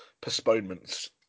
postponements